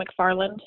McFarland